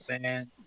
man